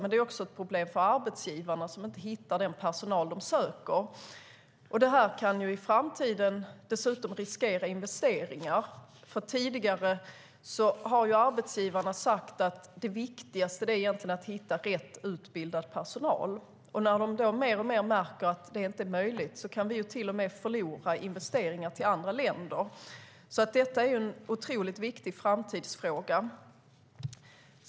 Men det är också ett problem för arbetsgivarna, som inte hittar den personal de söker. Det kan i framtiden dessutom riskera investeringar. Tidigare har ju arbetsgivarna sagt att det viktigaste egentligen är att hitta rätt utbildad personal. När de då mer och mer märker att det inte är möjligt kan vi till och med förlora investeringar till andra länder. Detta är alltså en otroligt viktig framtidsfråga.